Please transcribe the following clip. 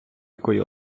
якої